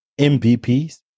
MVPs